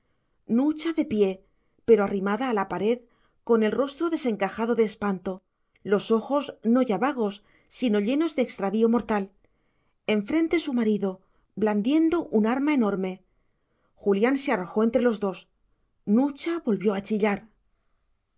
nucha de pie pero arrimada a la pared con el rostro desencajado de espanto los ojos no ya vagos sino llenos de extravío mortal enfrente su marido blandiendo un arma enorme julián se arrojó entre los dos nucha volvió a chillar